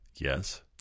Yes